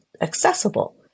accessible